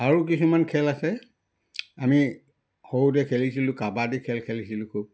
আৰু কিছুমান খেল আছে আমি সৰুতে খেলিছিলোঁ কাবাডী খেল খেলিছিলোঁ খুব